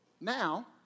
Now